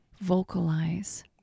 Vocalize